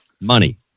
money